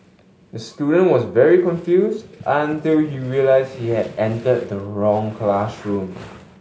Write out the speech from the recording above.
the student was very confused until he realised he had entered the wrong classroom